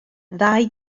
ddau